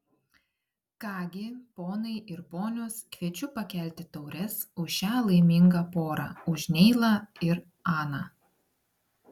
ką gi ponai ir ponios kviečiu pakelti taures už šią laimingą porą už neilą ir aną